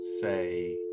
say